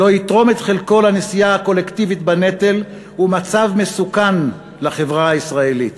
לא יתרום את חלקו לנשיאה הקולקטיבית בנטל הוא מצב מסוכן לחברה הישראלית.